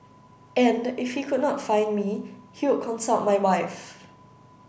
and if he could not find me he would consult my wife